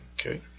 Okay